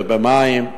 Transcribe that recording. ושל מים.